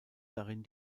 darin